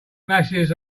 glaciers